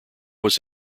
was